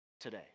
today